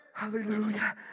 Hallelujah